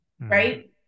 Right